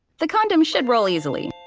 the condom should roll easily.